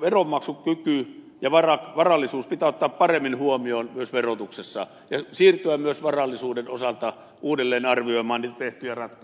veronmaksukyky ja varallisuus pitää ottaa paremmin huomioon myös verotuksessa ja siirtyä myös varallisuuden osalta uudelleenarvioimaan niitä tehtyjä ratkaisuja